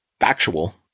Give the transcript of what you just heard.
factual